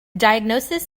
diagnosis